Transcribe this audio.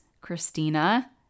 Christina